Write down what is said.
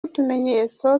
utumenyetso